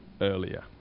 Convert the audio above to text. earlier